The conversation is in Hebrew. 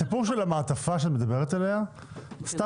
המעטפה שאת מדברת עליה נמצא